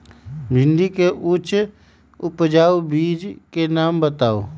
भिंडी के उच्च उपजाऊ बीज के नाम बताऊ?